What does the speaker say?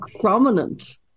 prominent